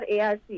ARC